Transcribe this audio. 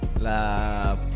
La